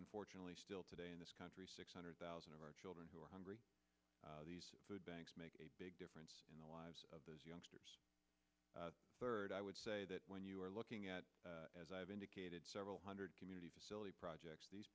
unfortunately still today in this country six hundred thousand of our children who are hungry the food banks make a big difference in the lives of those youngsters third i would say that when you are looking at as i've indicated several hundred community facility projects these